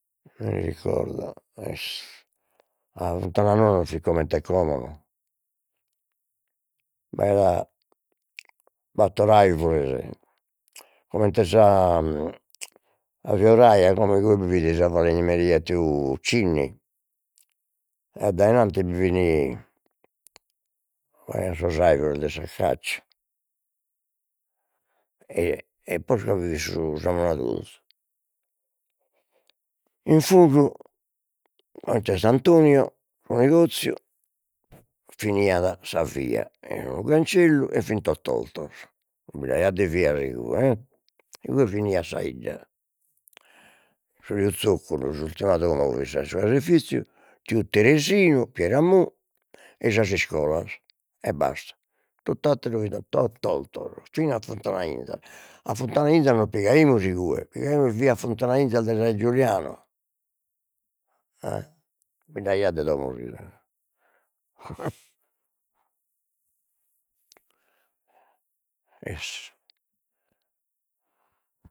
essu sa Funtana Noa non fit comente como no, b'aiat battor alvures, comente est sa sa fioraia como igue bi fit sa falegnameria 'e tiu Cinni, e addainanti bi fin, b'aian sos alvures de s'accacia, e e posca bi fit su samunadorzu, in fundu coment'est Antonio su negozziu finiat sa via cancellu e fin tot'ortos, non bind'aiat de vias igue e igue finiat sa 'idda, su Riu Zocculu su s'istradone fit sa 'e su caseifiziu, tiu Teresinu, Piera Mu, ei sas iscolas e basta, tot'atteru fit tot'ortos, fina a Funtana 'Inza, a Funtana 'Inza non pigaimus igue pigaimus via Funtana 'Inzas dae sa 'e Giuliano e non bind'aiat de domos igue essu